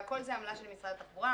והכול זו עמלה של משרד התחבורה,